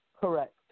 Correct